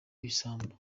ibisambo